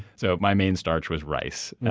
so my main starch was rice.